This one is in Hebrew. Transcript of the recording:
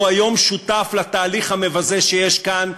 והיום הוא שותף לתהליך המבזה שיש כאן,